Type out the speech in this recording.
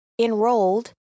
enrolled